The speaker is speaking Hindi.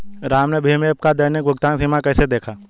राम ने भीम ऐप का दैनिक भुगतान सीमा कैसे देखा?